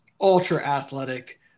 ultra-athletic